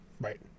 Right